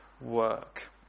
work